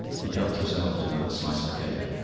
he helped himself to another slice of cake.